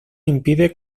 impide